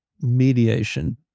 mediation